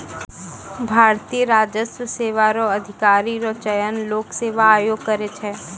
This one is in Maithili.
भारतीय राजस्व सेवा रो अधिकारी रो चयन लोक सेवा आयोग करै छै